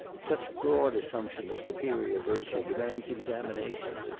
such broad assumption of superior virtue demands examination,